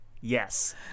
yes